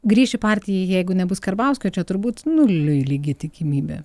grįš į partiją jeigu nebus karbauskio čia turbūt nuliui lygi tikimybė